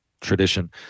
tradition